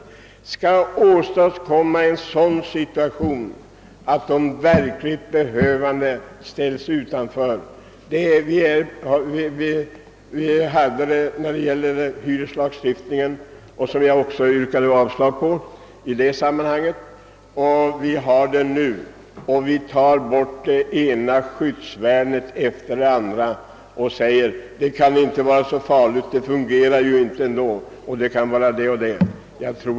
Därigenom åstadkommer vi den situationen att de verkligt behövande ställs utanför. Detsamma gällde förslaget angående hyreslag som vi tidigare behandlat och som jag också yrkade avslag på. Vi tar på detta sätt bort det ena skyddsvärnet efter det andra; man tror att det hela skall fungera bra ändå.